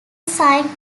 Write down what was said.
signed